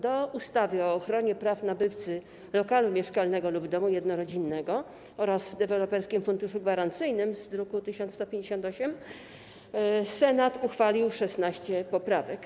Do ustawy o ochronie praw nabywcy lokalu mieszkalnego lub domu jednorodzinnego oraz Deweloperskim Funduszu Gwarancyjnym z druku nr 1158 Senat uchwalił 16 poprawek.